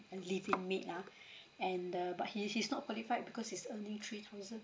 a living maid ah and uh but he he's not qualified because he's earning three thousand